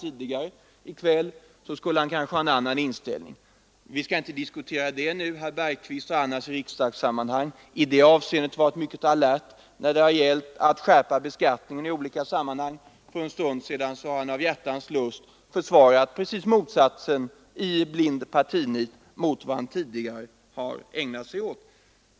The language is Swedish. Vi skall inte diskutera den saken nu, men herr Bergqvist har i andra sammanhang varit mycket alert när det gällt skärpt beskattning — men för en stund sedan försvarade han av hjärtans lust och i blint partinit raka motsatsen.